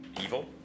evil